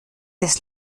des